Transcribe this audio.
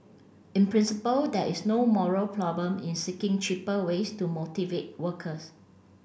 in principle there is no moral problem in seeking cheaper ways to motivate workers